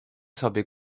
sobie